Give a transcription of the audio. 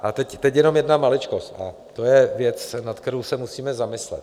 A teď jenom jedna maličkost a to je věc, nad kterou se musíme zamyslet.